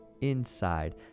inside